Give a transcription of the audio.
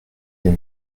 les